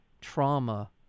trauma